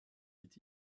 est